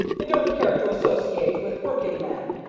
and don't care to associate with working-men,